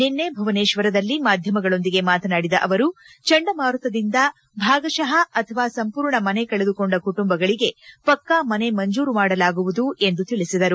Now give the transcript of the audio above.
ನಿನ್ನೆ ಭುವನೇಶ್ವರದಲ್ಲಿ ಮಾಧ್ಯಮಗಳೊಂದಿಗೆ ಮಾತನಾಡಿದ ಅವರು ಚಂಡಮಾರುತದಿಂದ ಭಾಗತಃ ಅಥವಾ ಸಂಪೂರ್ಣ ಮನೆ ಕಳೆದುಕೊಂಡ ಕುಟುಂಬಗಳಿಗೆ ಪಕ್ಕಾ ಮನೆ ಮಂಜೂರು ಮಾಡಲಾಗುವುದು ಎಂದು ತಿಳಿಸಿದರು